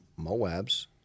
Moabs